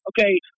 Okay